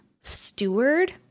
steward